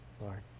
Lord